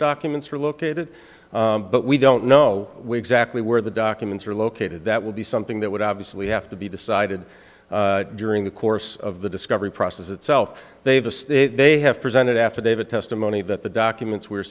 documents are located but we don't know exactly where the documents are located that will be something that would obviously have to be decided during the course of the discovery process itself they have a they have presented affidavit testimony that the documents we're